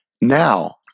now